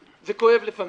זה כואב לפעמים.